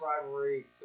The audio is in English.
rivalry